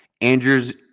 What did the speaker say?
Andrews